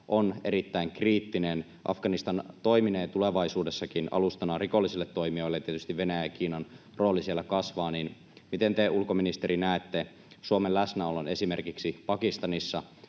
on erittäin kriittinen. Afganistan toiminee tulevaisuudessakin alustana rikollisille toimijoille, ja tietysti Venäjän ja Kiinan rooli siellä kasvaa. Miten te, ulkoministeri, näette Suomen läsnäolon esimerkiksi Pakistanissa?